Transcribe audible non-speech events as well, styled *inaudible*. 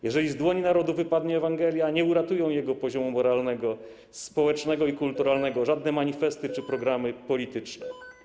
Jeżeli z dłoni Narodu wypadnie Ewangelia, nie uratują jego poziomu moralnego, społecznego i kulturalnego *noise* żadne manifesty czy programy polityczne”